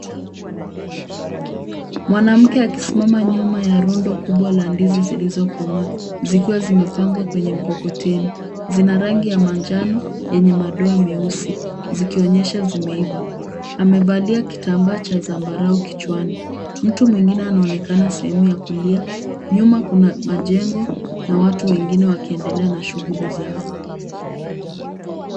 Mwanamke akisimama nyuma ya rundo kubwa la ndizi zilizokomaa zikiwa zimepangwa kwenye mkokoteni. Zina rangi ya manjano yenye madoa meusi zikionyesha zimeiva. Amevalia kitambaa cha zambarao kichwani. Mtu mwingine anaonekana sehemu ya kulia. Nyuma kuna majengo na watu wengine wakiendelea na shughuli zao.